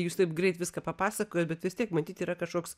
jūs taip greit viską papasakojot bet vis tiek matyt yra kažkoks